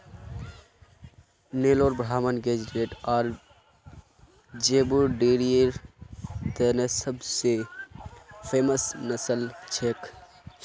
नेलोर ब्राह्मण गेज़रैट आर ज़ेबू डेयरीर तने सब स फेमस नस्ल छिके